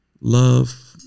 love